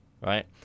right